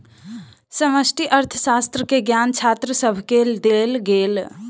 समष्टि अर्थशास्त्र के ज्ञान छात्र सभके देल गेल